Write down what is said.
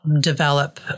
develop